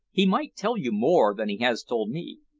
he might tell you more than he has told me.